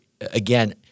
again